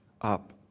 up